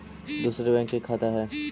दुसरे बैंक के खाता हैं?